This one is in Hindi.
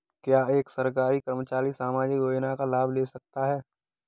क्या एक सरकारी कर्मचारी सामाजिक योजना का लाभ ले सकता है?